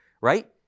right